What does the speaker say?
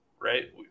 right